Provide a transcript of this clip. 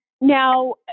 Now